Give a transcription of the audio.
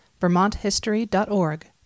vermonthistory.org